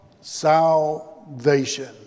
Salvation